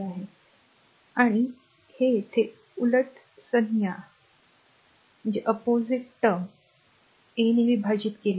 तर आणि हे येथे उलट संज्ञा आहे हे a ने विभाजित केले आहे